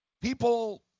people